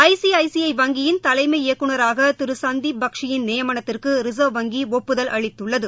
I C I C I வங்கியின் தலைமை இயக்குநராக திரு சந்தீப் பக்ஷியின் நியமனத்திற்கு ரிசா்வ் வங்கி ஒப்புதல் அளித்துள்ளது